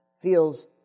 feels